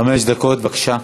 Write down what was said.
פורר, חמש דקות, בבקשה.